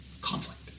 Conflict